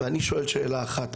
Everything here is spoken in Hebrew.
ואני שואל שאלה אחת,